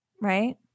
Right